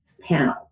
panel